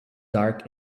dark